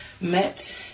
met